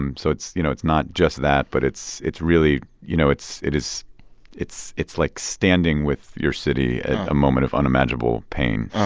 um so it's you know, it's not just that. but it's it's really you know, it's it is it's it's like standing with your city at a moment of unimaginable pain.